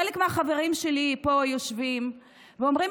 חלק מהחברים שלי פה יושבים ואומרים,